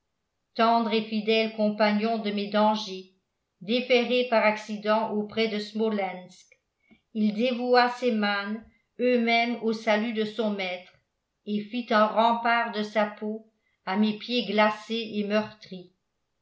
tendre et fidèle compagnon de mes dangers déferré par accident auprès de smolensk il dévoua ses mânes eux-mêmes au salut de son maître et fit un rempart de sa peau à mes pieds glacés et meurtris